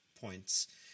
points